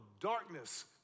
darkness